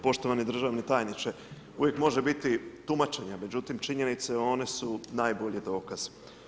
Poštovani državni tajniče, uvijek može biti tumačenja, međutim činjenica, oni su najbolji dokaz.